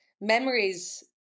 memories